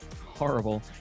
horrible